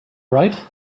right